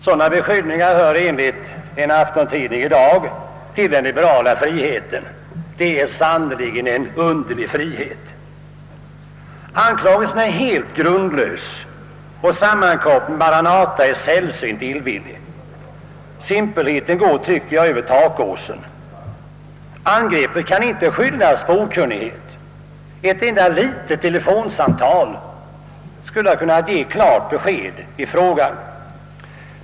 Sådana beskyllningar hör enligt en aftontidning i dag till den liberala friheten. Det är sannerligen en underlig frihet! Anklagelsen är helt grundlös och sammankopplingen med Maranata sällsynt illvillig. Simpelheten går, tycker jag, över takåsen. Angreppet kan inte skyllas på okunnighet. Ett enda litet telefonsamtal skulle kunnat ge klart besked i frågan.